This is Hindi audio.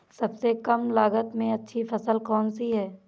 सबसे कम लागत में अच्छी फसल कौन सी है?